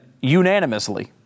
unanimously